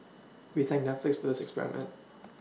we thank Netflix for this experiment